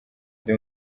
ndi